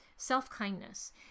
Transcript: Self-kindness